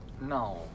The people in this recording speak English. No